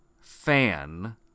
fan